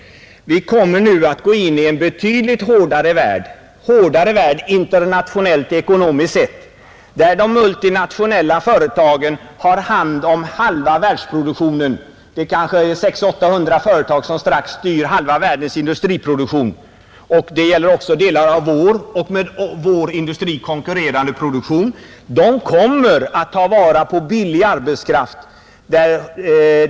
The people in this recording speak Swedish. Vi kommer nu att gå in i en betydligt hårdare värld internationellt och ekonomiskt sett, där 600—800 multinationella företag har hand om halva industriella världsproduktionen och delar också av vår industri. De företagen och andra kommer att ta vara på billig arbetskraft.